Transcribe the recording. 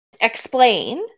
explain